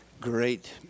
great